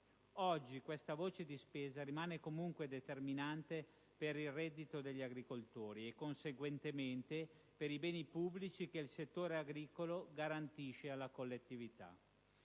Oggi, questa voce di spesa rimane comunque determinante per il reddito degli agricoltori e, conseguentemente, per i beni pubblici che il settore agricolo garantisce alla collettività.